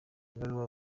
ibaruwa